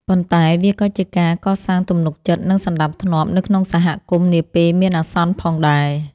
ប៉ុន្តែវាក៏ជាការកសាងទំនុកចិត្ត និងសណ្ដាប់ធ្នាប់នៅក្នុងសហគមន៍នាពេលមានអាសន្នផងដែរ។